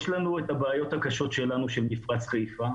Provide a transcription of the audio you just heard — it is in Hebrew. יש את הבעיות הקשות שלנו של מפרץ חיפה.